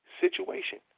situation